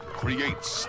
creates